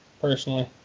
personally